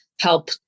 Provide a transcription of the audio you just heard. help